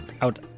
out